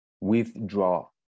withdraw